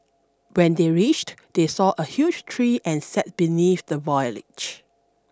when they reached they saw a huge tree and sat beneath the foliage